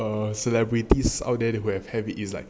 err celebrities out there will